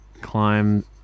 climb